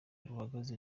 ruhagaze